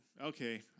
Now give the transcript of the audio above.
okay